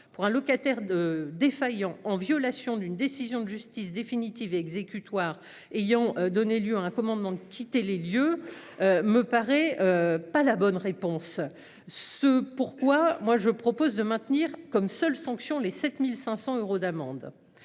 pour un locataire de défaillant en violation d'une décision de justice définitive et exécutoire ayant donné lieu à un commandement de quitter les lieux. Me paraît. Pas la bonne réponse, ce pourquoi moi je propose de maintenir comme seule sanction les 7500 euros d'amende.